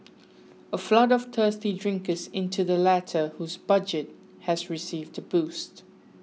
a flood of thirsty drinkers into the latter whose budget has received a boost